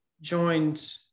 joined